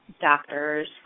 doctors